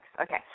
okay